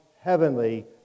heavenly